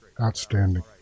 Outstanding